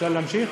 אפשר להמשיך?